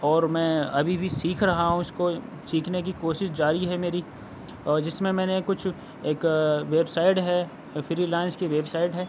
اور میں ابھی بھی سیکھ رہا ہوں اس کو سیکھنے کی کوشش جاری ہے میری اور جس میں میں نے کچھ ایک ویب سائڈ ہے فری لانس کی ویب سائٹ ہے